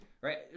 right